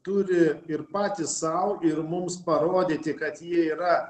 turi ir patys sau ir mums parodyti kad jie yra